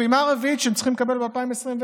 הפעימה הרביעית שהם צריכים לקבל ב-2021,